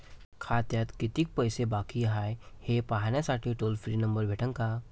खात्यात कितीकं पैसे बाकी हाय, हे पाहासाठी टोल फ्री नंबर भेटन का?